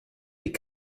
des